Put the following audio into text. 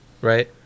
right